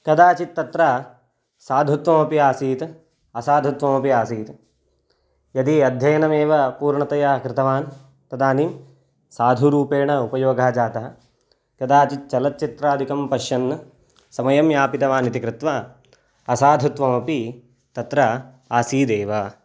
कदाचित् तत्र साधुत्वमपि आसीत् असाधुत्वमपि आसीत् यदि अध्ययनमेव पूर्णतया कृतवान् तदानीं साधुरूपेण उपयोगः जातः कदाचित् चलच्चित्रादिकं पश्यन् समयं यापितवान् इति कृत्वा असाधुत्वमपि तत्र आसीदेव